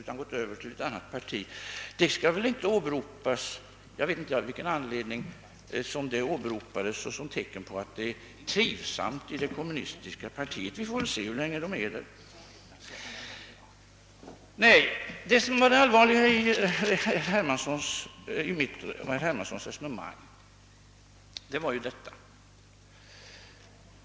Jag vet inte av vilken anledning det åberopas som tecken på att det är trivsamt i det kommunistiska partiet. Vi får väl se hur länge de stannar där. Låt mig återgå till det som var det allvarliga i mitt och herr Hermanssons resonemang.